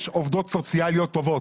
יש עובדות סוציאליות טובות.